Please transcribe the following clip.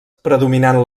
predominant